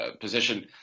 position